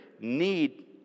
need